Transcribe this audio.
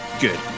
good